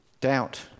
Doubt